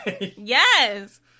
yes